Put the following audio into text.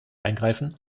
eingreifen